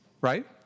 right